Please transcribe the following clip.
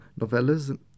novellas